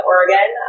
Oregon